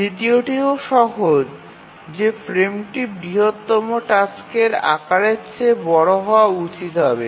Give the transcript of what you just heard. দ্বিতীয়টিও সহজ যে ফ্রেমটি বৃহত্তম টাস্কের আকারের চেয়ে বড় হওয়া উচিত হবে